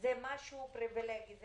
זה משהו פריבילגי,